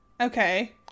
Okay